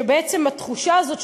ובעצם התחושה הזאת,